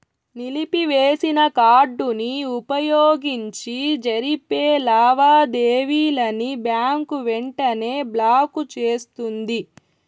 నిలిపివేసిన కార్డుని వుపయోగించి జరిపే లావాదేవీలని బ్యాంకు వెంటనే బ్లాకు చేస్తుంది